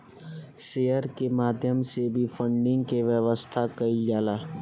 share के माध्यम से भी फंडिंग के व्यवस्था कईल जाला